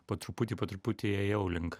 po truputį po truputį ėjau link